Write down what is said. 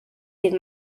dydd